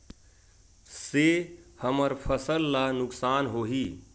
से हमर फसल ला नुकसान होही?